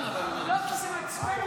הוא לא צריך להודות לעצמו.